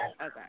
Okay